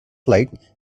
light